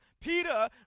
Peter